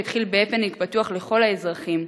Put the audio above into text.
שהתחיל בהפנינג פתוח לכל האזרחים,